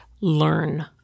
learn